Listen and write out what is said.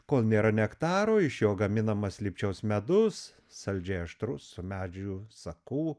kol nėra nektaro iš jo gaminamas lipčiaus medus saldžiai aštrus su medžių sakų